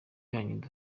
n’inyungu